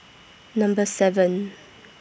Number seven